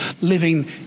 living